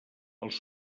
els